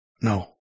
No